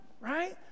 right